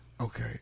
Okay